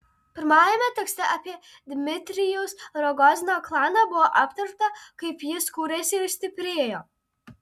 pirmajame tekste apie dmitrijaus rogozino klaną buvo aptarta kaip jis kūrėsi ir stiprėjo